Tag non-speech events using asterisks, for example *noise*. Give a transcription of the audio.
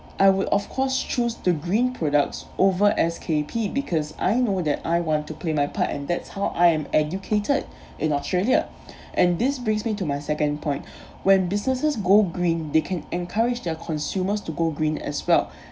I would of course choose the green products over S_K_P because I know that I want to play my part and that's how I am educated in australia and this brings me to my second point *breath* when businesses go green they can encourage their consumers to go green as well